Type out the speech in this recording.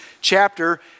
chapter